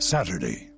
Saturday